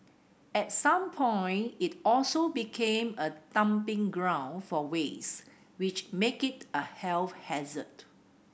at some point it also became a dumping ground for waste which made it a health hazard